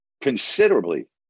considerably